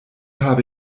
habe